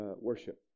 worship